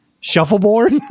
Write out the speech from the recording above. shuffleboard